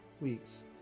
weeks